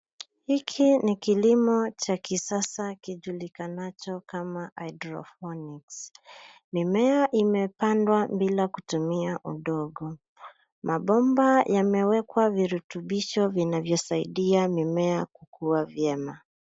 Hiki ni kilimo cha kisasa kijulikanacho kama Haidroponiks. Mimea imepandwa bila kutumia udongo. Mabomba yamewekwa virutubisho vinavyosaidia mimea kua vyema.